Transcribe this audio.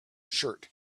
shirt